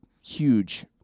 huge